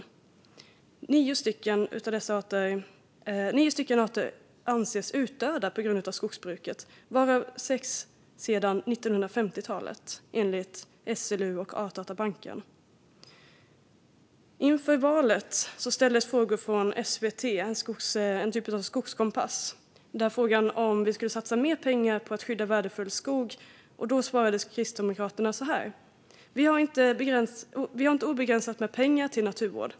Enligt SLU och Artdatabanken anses nio arter utdöda på grund av skogsbruket, varav sex sedan 1950-talet. Inför valet ställde SVT frågor i ett slags skogskompass. Man frågade bland annat om vi skulle satsa mer pengar på att skydda värdefull skog. Då svarade Kristdemokraterna: "Vi har ej obegränsat med pengar till naturvård.